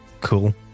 cool